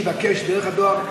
לבקש דרך הדואר,